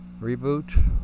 reboot